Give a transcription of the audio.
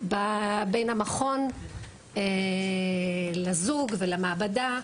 בין המכון לזוג ולמעבדה.